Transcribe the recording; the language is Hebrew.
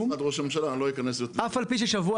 --- משרד ראש הממשלה לא ייכנס --- אף על פי ששבוע